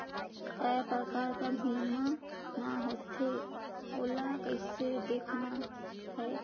काय प्रकार कर बीमा मा होथे? ओला कइसे देखना है?